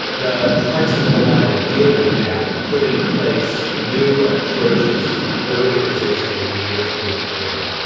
the parts of the law that deal with that put in place new approaches to the organisation and management of care,